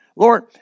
Lord